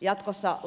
jatkossa